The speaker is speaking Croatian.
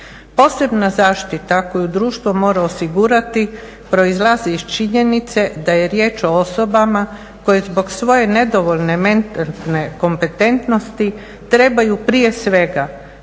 Posebna zaštita koju društvo mora osigurati proizlazi iz činjenice da je riječ o osobama koje zbog svoje nedovoljne …/Govornik se ne razumije./… kompetentnosti trebaju prije svega